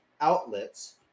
outlets